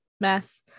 mess